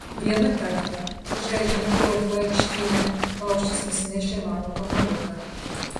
vieną kartą žaidžiant golfą aikštyne paukštis nusinešė mano kamuoliuką